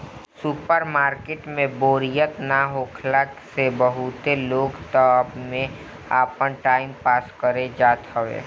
super market में बोरियत ना होखेला बहुते लोग तअ एमे आपन टाइम पास करे जात हवे